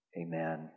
Amen